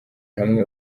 hamwe